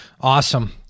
Awesome